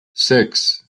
six